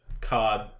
card